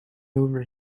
over